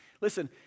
Listen